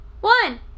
One